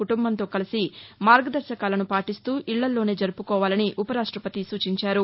కుటుంబంతో కలిసి మార్గదర్శకాలను పాటిస్తూ ఇళ్ళలోనే జరుపుకోవాలని ఉపరాష్టపతి పేర్కొన్నారు